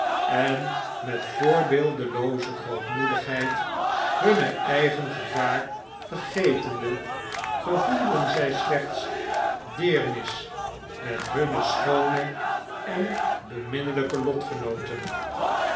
en met voorbeeldelooze grootmoedigheid hun eigen gevaar vergetende gevoelden zjj slechts deernis met hun schoone en beminnelijke